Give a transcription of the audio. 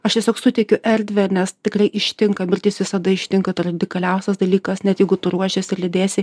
aš tiesiog suteikiu erdvę nes tikrai ištinka mirtis visada ištinka tai radikaliausias dalykas net jeigu tu ruošies ir lydėsi